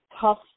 tough